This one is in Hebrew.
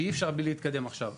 ואי-אפשר מבלי להתקדם עכשיו.